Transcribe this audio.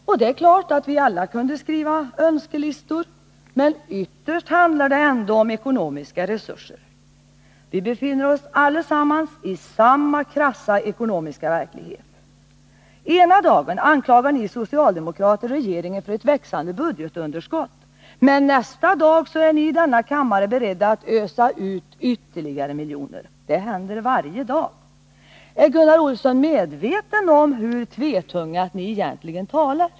Och det är klart att vi alla kunde skriva önskelistor, men ytterst handlar det ändå om ekonomiska resurser. Vi befinner oss allesammans i samma krassa ekonomiska verklighet. Ena dagen anklagar ni socialdemokrater regeringen för ett växande budgetunderskott, men nästa dag är ni i denna kammare beredda att ösa ut ytterligare miljoner. Det händer varje dag. Är Gunnar Olsson medveten om hur tvetungat ni egentligen talar?